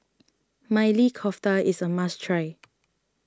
Maili Kofta is a must try